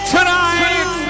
Tonight